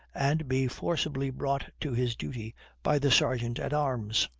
and be forcibly brought to his duty by the sergeant-at-arms.